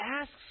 asks